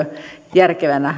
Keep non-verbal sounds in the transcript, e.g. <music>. järkevänä <unintelligible>